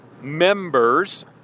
members